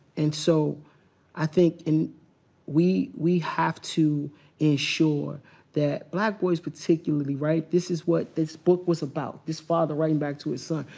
and so i think we we have to ensure that black boys, particularly, right? this is what this book was about. this father writing back to his son,